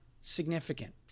significant